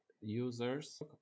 users